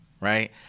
Right